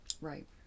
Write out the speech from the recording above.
Right